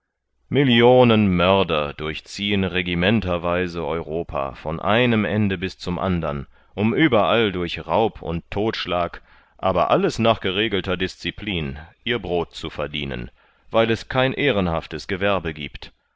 millionen mörder durchziehen regimenterweise europa von einem ende bis zum andern um überall durch raub und todtschlag aber alles nach geregelter disciplin ihr brot zu verdienen weil es kein ehrenhafteres gewerbe giebt